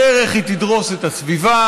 בדרך היא תדרוס את הסביבה,